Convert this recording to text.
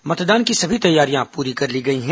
मतदान की सभी तैयारियां प्री कर ली गई हैं